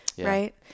right